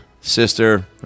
Sister